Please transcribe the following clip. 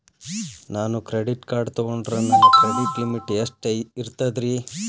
ನಾನು credit card ತೊಗೊಂಡ್ರ ನನ್ನ ಕ್ರೆಡಿಟ್ ಲಿಮಿಟ್ ಎಷ್ಟ ಇರ್ತದ್ರಿ?